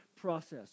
process